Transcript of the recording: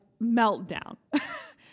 meltdown